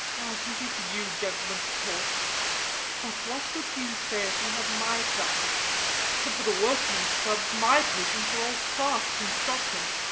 ah, it's easy for you gentlemen to talk but what would you say if you had my practice? except for the workmen's clubs my patients are all clerks and shopmen.